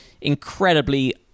incredibly